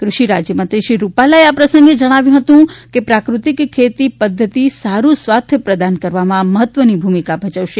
કૃષિ રાજ્યમંત્રી શ્રી રૂપાલાએ આ પ્રસંગે જણાવ્યું હતું કે પ્રાકૃતિક ખેતી પદ્ધતિ સારૂ સ્વાસ્થ્ય પ્રદાન કરવામાં મહત્વની ભૂમિકા ભજવશે